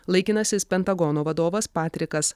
laikinasis pentagono vadovas patrikas